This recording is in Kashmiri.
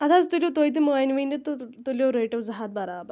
اَدٕ حظ تُلِو تُہۍ تہِ مٲنِوٕے نہٕ تہٕ تُلِو رٔٹِو زٕ ہَتھ برابر